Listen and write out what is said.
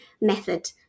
method